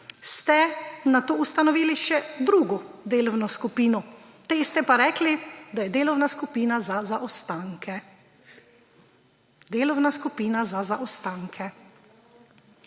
ste nato ustanovili še drugo delovno skupino, tej ste pa rekli, da je delovna skupina za zaostanke. Delovna skupina za zaostanke.